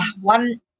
one